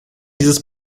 dieses